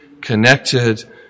connected